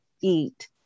eat